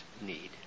need